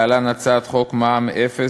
להלן: הצעת חוק מע"מ אפס,